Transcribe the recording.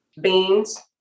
beans